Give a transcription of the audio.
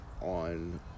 on